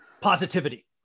positivity